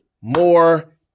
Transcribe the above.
more